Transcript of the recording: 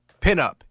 pinup